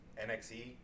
nxe